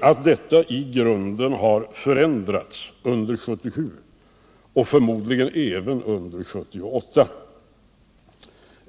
att detta i grunden har förändrats under 1977 och förmodligen även under 1978.